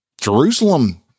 Jerusalem